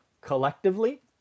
collectively